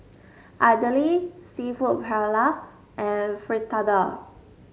Idili seafood Paella and Fritada